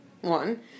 one